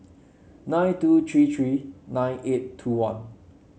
nine two three three nine eight two one